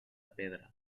pedra